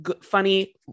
funny